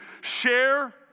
share